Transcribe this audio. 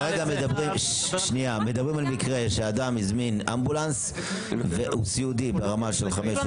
כרגע מדברים על מקרה שאדם הזמין אמבולנס והוא סיעודי ברמה של (5) או